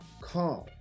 calm